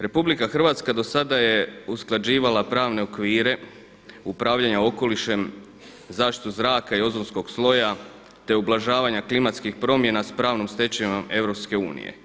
Republika Hrvatska do sada je usklađivala pravne okvire upravljanja okolišem, zaštitu zraka i ozonskog sloja te ublažavanja klimatskih promjena sa pravnom stečevinom EU.